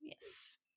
yes